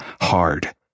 hard